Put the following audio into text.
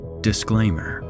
Disclaimer